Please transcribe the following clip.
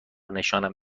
نشانم